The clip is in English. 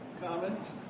comments